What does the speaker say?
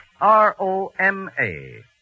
R-O-M-A